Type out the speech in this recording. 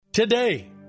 Today